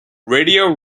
radio